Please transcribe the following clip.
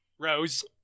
Rose